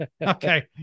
Okay